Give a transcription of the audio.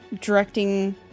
directing